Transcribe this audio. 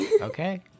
Okay